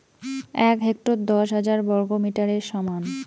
এক হেক্টর দশ হাজার বর্গমিটারের সমান